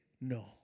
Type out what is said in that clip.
no